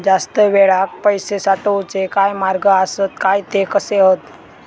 जास्त वेळाक पैशे साठवूचे काय मार्ग आसत काय ते कसे हत?